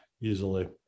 easily